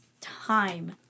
time